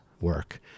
work